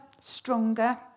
stronger